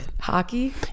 Hockey